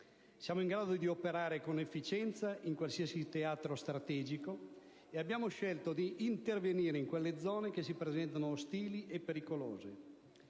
Siamo in grado di operare con efficienza in qualsiasi teatro strategico e abbiamo scelto di intervenire in quelle zone che si presentano ostili e pericolose.